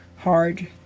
hard